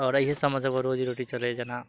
आओर एहि सबसॅं रोजी रोटी चलै छै जेना